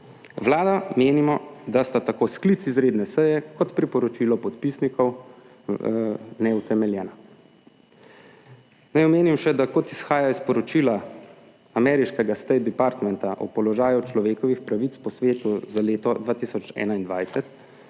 Vlada, menimo, da sta tako sklic izredne seje kot priporočilo podpisnikov neutemeljena. Naj omenim še, da kot izhaja iz poročila ameriškega State Departmenta o položaju človekovih pravic po svetu za leto 2021,